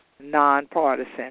Nonpartisan